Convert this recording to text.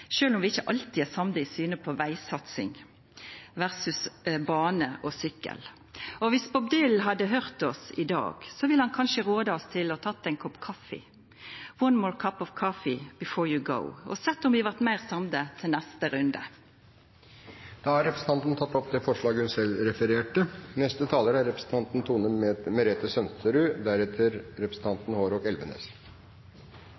om vi ikkje alltid er samde i synet på vegsatsing versus bane og sykkel. Og dersom Bob Dylan hadde høyrt oss i dag, ville han kanskje ha rådd oss til å ta ein kopp kaffi, «One more cup of coffee before I go», og sett om vi blei meir samde til neste runde. Representanten Ingunn Gjerstad har tatt opp det forslaget hun refererte